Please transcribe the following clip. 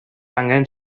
angen